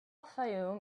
fayoum